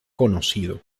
conocido